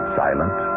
silent